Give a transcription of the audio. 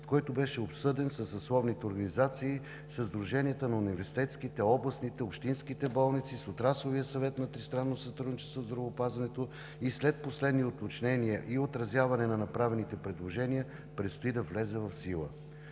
който беше обсъден със съсловните организации, със сдруженията на университетските, областните и общинските болници, с Отрасловия съвет за тристранно сътрудничество в „Здравеопазването“ и след последни уточнения и отразяване на направените предложения предстои да влезе в сила.